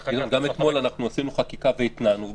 גדעון, גם אתמול עשינו חקיקה והתנענו.